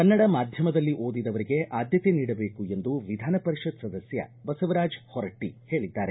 ಕನ್ನಡ ಮಾಧ್ಯಮದಲ್ಲಿ ಓದಿದವರಿಗೆ ಆದ್ದತೆ ನೀಡಬೇಕು ಎಂದು ವಿಧಾನ ಪರಿಷತ್ ಸದಸ್ನ ಬಸವರಾಜ ಹೊರಟ್ಷಿ ಹೇಳಿದ್ದಾರೆ